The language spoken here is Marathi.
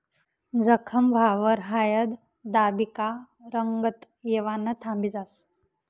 जखम व्हवावर हायद दाबी का रंगत येवानं थांबी जास